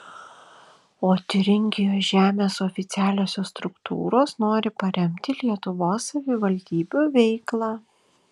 o tiūringijos žemės oficialiosios struktūros nori paremti lietuvos savivaldybių veiklą